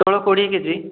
ପୋଟଳ କୋଡ଼ିଏ କେଜି